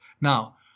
Now